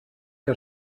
que